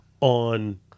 on